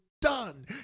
done